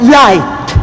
light